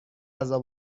غذا